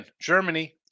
Germany